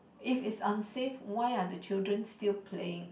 if is unsafe why are the children still playing